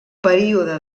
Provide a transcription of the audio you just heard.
període